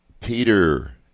Peter